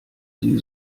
sie